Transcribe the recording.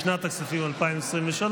לשנת הכספים 2023,